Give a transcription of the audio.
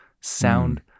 Sound